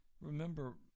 Remember